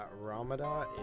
Ramadan